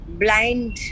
blind